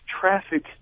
traffic